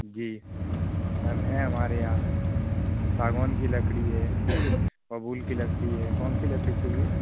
जी ma'am है हमारे यहाँ सागवन की लकड़ी है बबूल की लकड़ी है कौन सी लकड़ी चाहिए